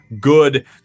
good